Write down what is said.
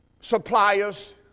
suppliers